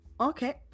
Okay